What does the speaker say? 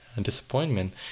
disappointment